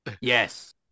Yes